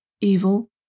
evil